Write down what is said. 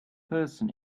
person